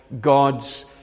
God's